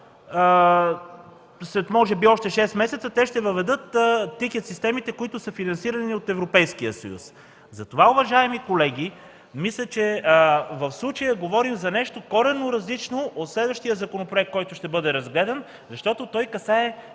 след може би още шест месеца те ще въведат тикет системите, които са финансирани от Европейския съюз. Уважаеми колеги, затова мисля, че в случая говорим за нещо коренно различно от следващия законопроект, който ще бъде разгледан, защото той касае